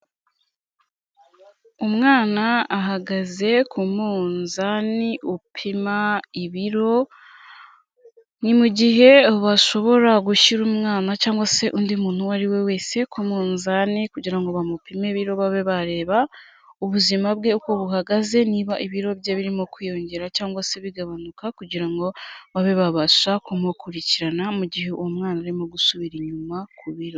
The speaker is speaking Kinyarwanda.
Umwana ahagaze ku munzani upima ibiro, ni mu gihe bashobora gushyira umwana cyangwa se undi muntu uwo ari we wese ku munzani kugira ngo bamupime ibiro babe bareba ubuzima bwe uko buhagaze niba ibiro bye birimo kwiyongera cyangwa se bigabanuka kugira ngo babe babasha kumukurikirana mu mu gihe uwo mwana arimo gusubira inyuma ku biro.